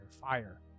fire